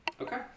okay